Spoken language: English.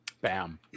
Bam